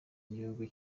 igihugu